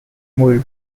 wolf